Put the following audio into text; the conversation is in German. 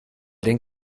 den